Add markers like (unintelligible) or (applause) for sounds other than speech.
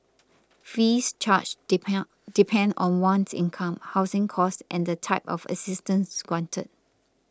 fees charged (unintelligible) depend on one's income housing cost and the type of assistance granted